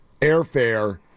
airfare